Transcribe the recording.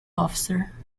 officer